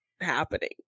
happening